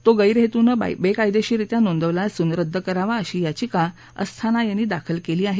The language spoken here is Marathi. तो गैरहेतूनं बेकायदेशीररित्या नोंदवला असून रद्द करावा अशी याचिका अस्थाना यांनी दाखल केली आहे